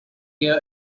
gear